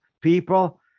people